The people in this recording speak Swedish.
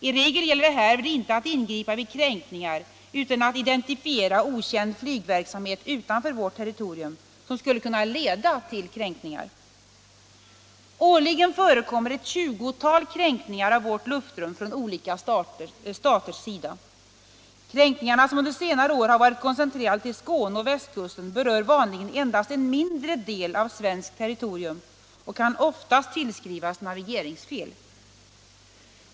I regel gäller det härvid inte att ingripa vid kränkningar utan att identifiera okänd flygverksamhet utanför vårt territorium, vilken skulle kunna leda till kränkningar. Årligen förekommer ett tjugotal kränkningar av vårt luftrum från olika staters sida. Kränkningarna, som under senare år har varit koncentrerade Om åtgärder mot kränkning av svenskt luftrum kränkning av svenskt luftrum till Skåne och västkusten, berör vanligen endast en mindre del av svenskt territorium och kan oftast tillskrivas navigeringsfel.